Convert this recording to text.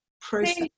process